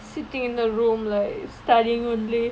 sitting in her room like studying only